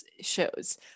shows